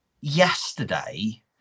yesterday